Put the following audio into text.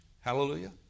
Hallelujah